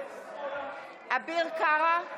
שחווים התעללות מינית,